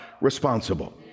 responsible